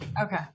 Okay